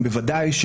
בוודאי.